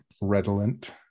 redolent